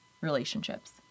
relationships